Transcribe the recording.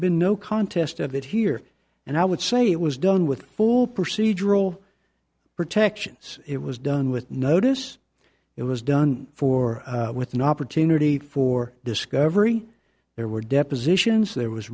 been no contest of that here and i would say it was done with full procedural protections it was done with notice it was done for with an opportunity for discovery there were depositions there was